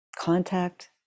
contact